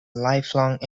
lifelong